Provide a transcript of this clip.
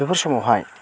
बेफोर समावहाय